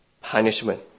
punishment